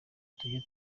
tujye